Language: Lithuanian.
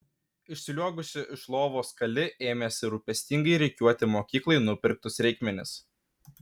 išsliuogusi iš lovos kali ėmėsi rūpestingai rikiuoti mokyklai nupirktus reikmenis